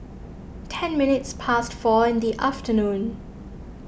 ten minutes past four in the afternoon